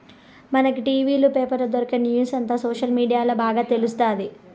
మనకి టి.వీ లు, పేపర్ల దొరకని న్యూసంతా సోషల్ మీడియాల్ల బాగా తెలుస్తాది